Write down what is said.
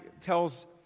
tells